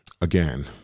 again